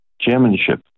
chairmanship